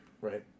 right